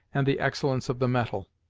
and the excellence of the metal.